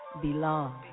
belong